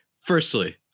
Firstly